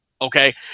Okay